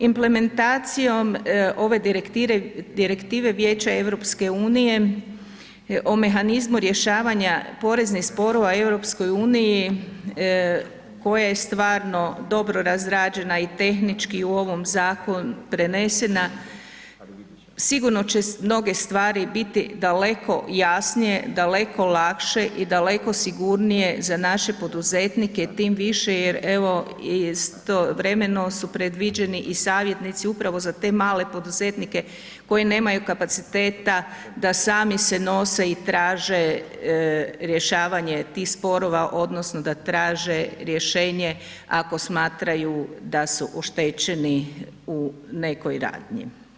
Implementacijom ove direktive Vijeća EU o mehanizmu rješavanja poreznih sporova u EU koja je stvarno dobro razrađena i tehnička u ovaj zakon prenesena sigurno će mnoge stvari biti daleko jasnije, daleko lakše i daleko sigurnije za naše poduzetnike, tim više jer evo istovremeno su predviđeni i savjetnici upravo za te male poduzetnike koji nemaju kapaciteta da sami se nose i traže rješavanje tih sporova odnosno da traže rješenje ako smatraju da su oštećeni u nekoj radnji.